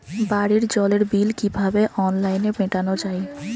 বাড়ির জলের বিল কিভাবে অনলাইনে মেটানো যায়?